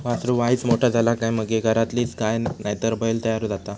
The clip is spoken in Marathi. वासरू वायच मोठा झाला काय मगे घरातलीच गाय नायतर बैल तयार जाता